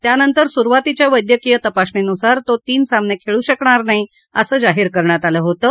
त्यानंतर सुरुवातीच्या वैद्यकीय तपासणी नुसार तो तीन सामने खेळू शकणार नाही असं जाहीर करण्यात आलं होतं